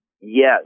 Yes